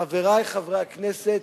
חברי חברי הכנסת,